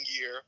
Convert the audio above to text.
year